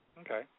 Okay